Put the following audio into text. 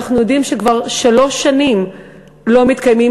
אנחנו יודעים שכבר שלוש שנים לא מתקיימים